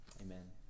Amen